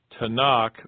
Tanakh